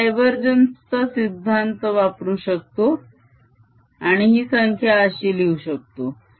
मी divergence चा सिद्धांत वापरू शकतो आणि ही संख्या अशी लिहू शकतो